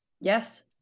Yes